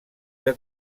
que